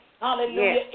Hallelujah